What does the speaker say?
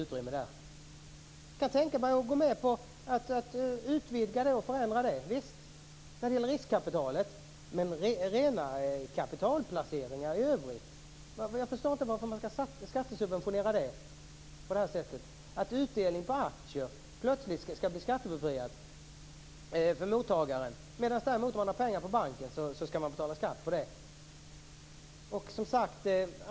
Jag kan tänka mig att gå med på att utvidga det och förändra det när det gäller riskkapitalet - visst. Men i fråga om rena kapitalplaceringar i övrigt förstår jag inte varför man skall skattesubventionerna på det här sättet. Utdelning på aktier skall plötsligt bli skattebefriad för mottagaren. Om man däremot har pengar på banken skall man betala skatt för det.